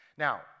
Now